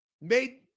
made